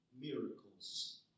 miracles